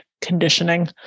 conditioning